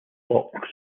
blocks